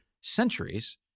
centuries